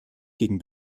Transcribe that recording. gegen